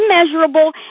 immeasurable